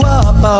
up